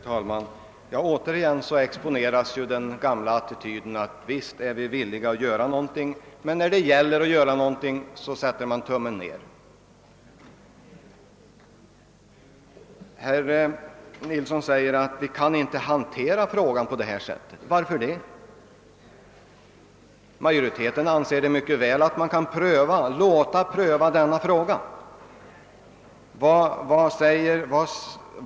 Herr talman! Återigen exponeras den gamla attityden att »visst är vi villiga att göra något«, men när det verkligen gäller vänder man tummen nedåt. Herr Johansson i Simrishamn säger att frågan inte kan hanteras på det sätt utskottet föreslår. Varför inte det? Majoriteten anser att man mycket väl kan låta pröva denna fråga. Och varför kan den inte få prövas?